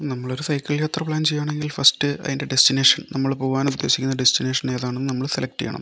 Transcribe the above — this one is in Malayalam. നമ്മളൊരു സൈക്കിൾ യാത്ര പ്ലാൻ ചെയ്യുകയാണെങ്കിൽ ഫസ്റ്റ് അതിൻ്റെ ഡെസ്റ്റിനേഷൻ നമ്മൾ പോകാൻ ഉദ്ദേശിക്കുന്ന ഡെസ്റ്റിനേഷൻ ഏതാണെന്ന് നമ്മള് സെലക്ട് ചെയ്യണം